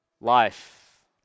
life